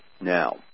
Now